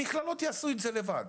המכללות יעשו את זה לבד.